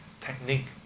technique